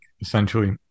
essentially